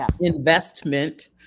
investment